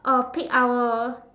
or peak hour